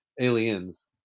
Aliens